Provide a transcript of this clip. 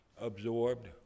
absorbed